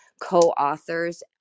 co-authors